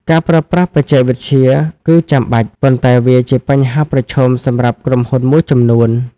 ការប្រើប្រាស់បច្ចេកវិទ្យាគឺចាំបាច់ ប៉ុន្តែវាជាបញ្ហាប្រឈមសម្រាប់ក្រុមហ៊ុនមួយចំនួន។